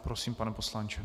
Prosím, pane poslanče.